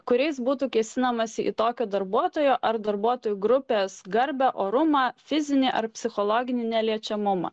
kuriais būtų kėsinamasi į tokio darbuotojo ar darbuotojų grupes garbę orumą fizinį ar psichologinį neliečiamumą